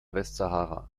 westsahara